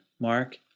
Mark